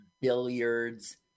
Billiards